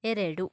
ಎರಡು